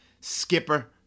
skipper